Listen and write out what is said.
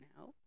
now